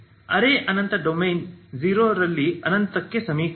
ಅರೆ ಅನಂತ ಡೊಮೇನ್ 0 ರಲ್ಲಿ ಅನಂತಕ್ಕೆ ಸಮೀಕರಣ